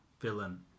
Villain